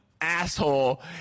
asshole